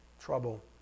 trouble